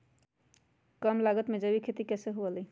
कम लागत में जैविक खेती कैसे हुआ लाई?